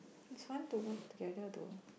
this one to work together though